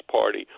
party